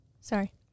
sorry